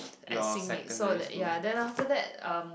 at Xinmin so that ya then after that um